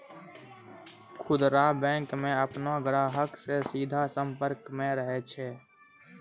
खुदरा बैंकिंग मे बैंक अपनो ग्राहको से सीधा संपर्क मे रहै छै